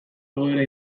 egoera